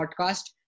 podcast